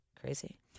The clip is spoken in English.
Crazy